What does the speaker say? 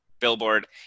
Billboard